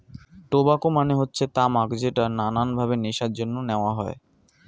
tobacco মানে হচ্ছে তামাক যেটা নানান ভাবে নেশার জন্য নেওয়া হয়